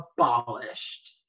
abolished